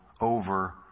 over